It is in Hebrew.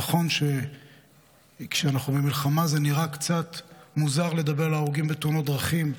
נכון שכשאנחנו במלחמה זה נראה קצת מוזר לדבר על הרוגים בתאונות דרכים,